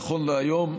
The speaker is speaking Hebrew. נכון להיום,